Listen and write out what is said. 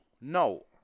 no